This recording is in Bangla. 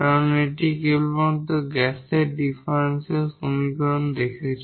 কারণ এটি কেবলমাত্র গ্যাসের ডিফারেনশিয়াল সমীকরণ দেখছ